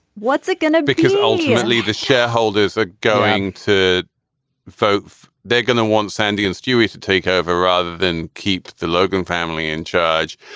what's it going to because ultimately the shareholders are going to vote. they're going to want sandy and stewie to take over rather than keep the logan family in charge